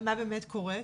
מה באמת קורה,